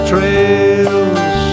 Trails